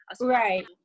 Right